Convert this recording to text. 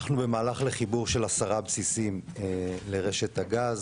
אנחנו במהלך לחיבור של עשרה בסיסים לרשת הגז,